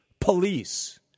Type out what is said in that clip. police